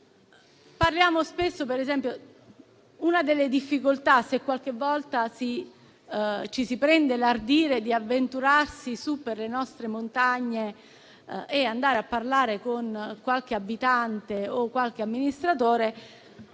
Parliamo spesso, per esempio, di una delle difficoltà: se qualche volta ci si prende l'ardire di avventurarsi su per le nostre montagne e andare a parlare con qualche abitante o amministratore,